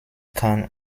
khan